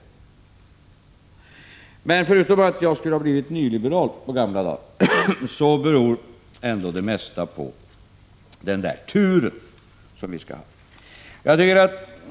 Bortsett från att jag skulle ha blivit nyliberal på gamla dagar beror nog det mesta på den tur som vi skulle ha haft.